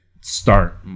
start